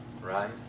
right